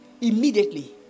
immediately